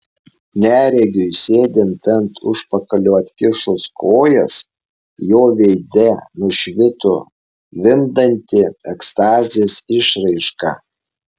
neregiui sėdint ant užpakalio atkišus kojas jo veide nušvito vimdanti ekstazės išraiška